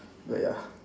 but ya